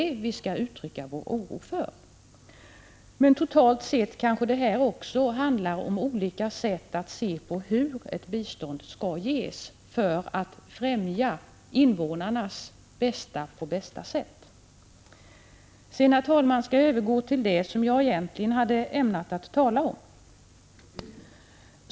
Totalt sett kanske detta handlar om olika sätt att se på hur bistånd skall ges för att främja invånarnas situation på bästa sätt. Sedan skall jag övergå till det som jag egentligen ämnat tala om.